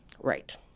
right